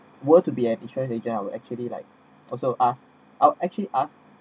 were to be an insurance agent I would actually like also asked I'll actually ask